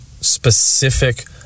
specific